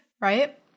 right